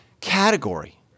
category